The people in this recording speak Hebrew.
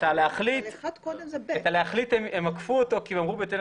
את ה"להחליט" הם עקפו כי הם אמרו בהתאם